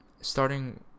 starting